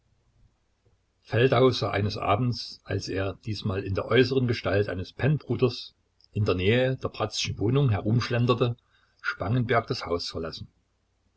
feldau sah eines abends als er diesmal in der äußeren gestalt eines pennbruders in der nähe der bratzschen wohnung herumschlenderte spangenberg das haus verlassen